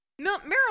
Meryl